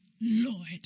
Lord